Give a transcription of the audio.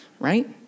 right